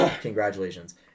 congratulations